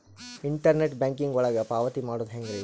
Internet banking ಒಳಗ ಪಾವತಿ ಮಾಡೋದು ಹೆಂಗ್ರಿ?